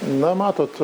na matot